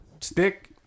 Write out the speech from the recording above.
stick